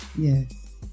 Yes